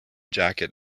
jacket